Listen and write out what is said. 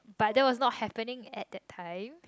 but that was not happening at that time